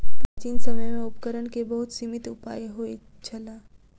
प्राचीन समय में उपकरण के बहुत सीमित उपाय होइत छल